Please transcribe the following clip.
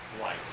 life